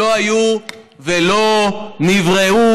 שלא היו ולא נבראו.